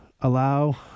allow